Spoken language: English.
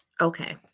okay